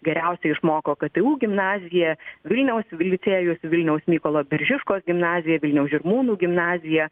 geriausiai išmoko ktu gimnazija vilniaus licėjus vilniaus mykolo biržiškos gimnazija vilniaus žirmūnų gimnazija